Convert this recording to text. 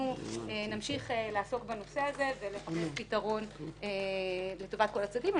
אנחנו נמשיך לעסוק בנושא הזה ולחפש פתרון לטובת כל הצדדים.